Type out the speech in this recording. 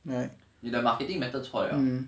你的 marketing methods 错 liao